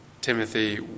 Timothy